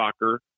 soccer